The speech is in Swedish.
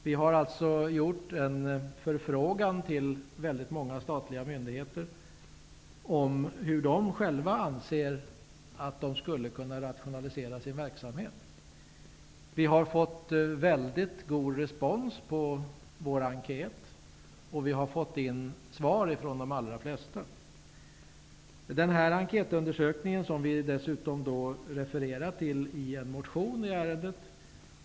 Vi har gjort en förfrågan till väldigt många statliga myndigheter om hur man där själv anser att verksamheten skulle kunna rationaliseras. Vi har fått väldigt god respons på vår enkät, och vi har fått in svar från de allra flesta. Denna enkätundersökning refererar vi till i en motion i ärendet.